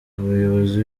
abayobozi